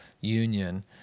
union